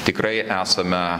tikrai esame